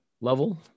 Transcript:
level